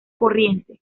corriente